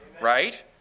right